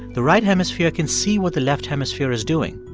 the right hemisphere can see what the left hemisphere is doing,